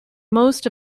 most